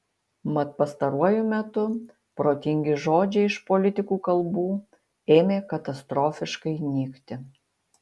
mat pastaruoju metu protingi žodžiai iš politikų kalbų ėmė katastrofiškai nykti